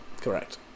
Correct